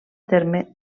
terme